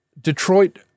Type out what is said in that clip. Detroit